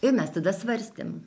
ir mes tada svarstėm